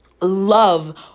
love